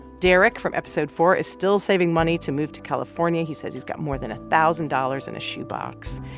derek from episode four is still saving money to move to california. he says he's got more than a thousand dollars in a shoebox.